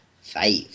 five